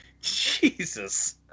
Jesus